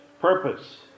purpose